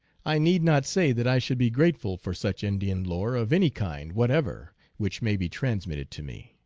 i need not say that i should be grateful for such in dian lore of any kind whatever which may be trans mitted to me.